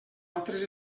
altres